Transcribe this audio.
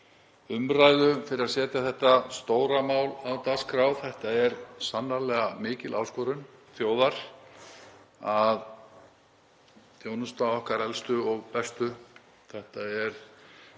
umræðu og fyrir að setja þetta stóra mál á dagskrá. Þetta er sannarlega mikil áskorun þjóðar að þjónusta okkar elstu og bestu. Öldrun